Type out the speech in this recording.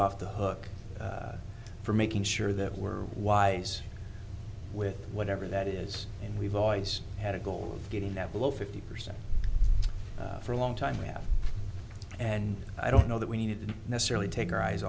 off the hook for making sure that we're wise with whatever that is and we've always had a goal of getting that below fifty percent for a long time we have and i don't know that we need to necessarily take our eyes